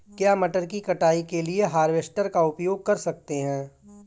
क्या मटर की कटाई के लिए हार्वेस्टर का उपयोग कर सकते हैं?